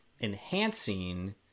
enhancing